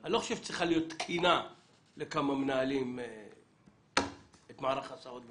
אני לא חושב שצריכה להיות תקינה לכמה מנהלים את מערך ההסעות בעיר.